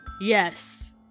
Yes